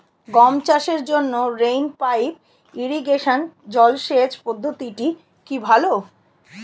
গম চাষের জন্য রেইন পাইপ ইরিগেশন জলসেচ পদ্ধতিটি কি ভালো?